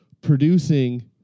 producing